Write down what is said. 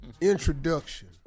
introduction